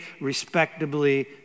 respectably